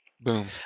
Boom